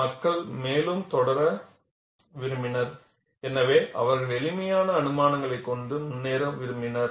மக்கள் மேலும் தொடர விரும்பினர் எனவே அவர்கள் எளிமையான அனுமானங்களைக் கொண்டு முன்னேற விரும்பினர்